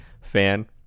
fan